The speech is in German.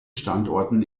standorten